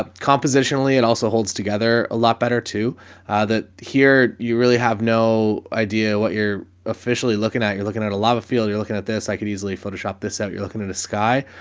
ah compositionally and also holds together a lot better to ah, that here you really have no idea what you're officially looking at. you're looking at a lava field, you're looking at this, i could easily photoshop this out. you're looking at a sky,